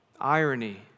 Irony